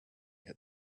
had